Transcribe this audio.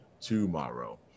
tomorrow